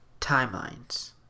timelines